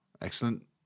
Excellent